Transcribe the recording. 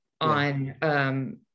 on